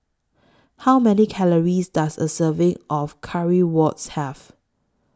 How Many Calories Does A Serving of Currywurst Have